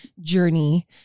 journey